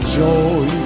joy